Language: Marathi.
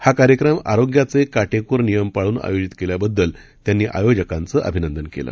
हा कार्यक्रम आरोग्याचे काटेकोर नियम पाळून आयोजित केल्याबद्दल त्यांनी आयोजकांचं अभिनंदन केलं